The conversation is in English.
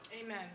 Amen